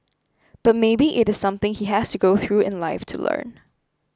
but maybe it is something he has to go through in life to learn